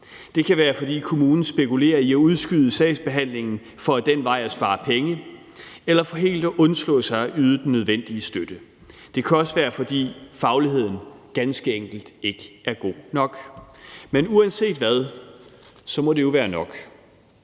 Det kan være, fordi kommunen spekulerer i at udskyde sagsbehandlingen for ad den vej at spare penge eller for helt at undslå sig at yde den nødvendige støtte. Det kan også være, fordi fagligheden ganske enkelt ikke er god nok. Men uanset hvad, må det være nok.